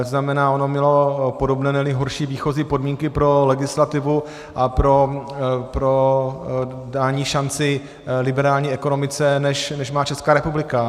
To znamená, ono mělo podobné, neli horší výchozí podmínky pro legislativu a pro dání šance liberální ekonomice, než má Česká republika.